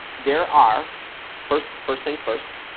there are first first things first